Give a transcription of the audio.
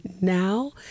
now